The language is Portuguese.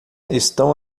estão